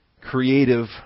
creative